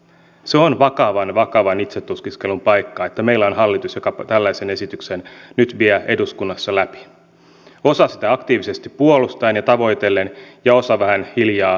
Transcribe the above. se on vakavan vakavan itsetutkiskelun paikka että meillä on hallitus joka tällaisen esityksen nyt vie eduskunnassa läpi osa sitä aktiivisesti puolustaen ja tavoitellen ja osa vähän hiljaa häpeillen